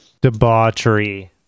debauchery